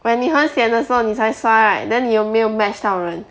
when 你很 sian 的时候你才刷 right then 你有没有 match 到人